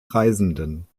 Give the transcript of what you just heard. reisenden